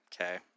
okay